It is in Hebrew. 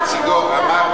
נציגו אמר,